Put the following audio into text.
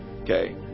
okay